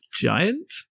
giant